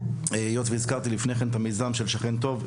היות והזכרתי לפני כן את המיזם של ׳שכן טוב׳,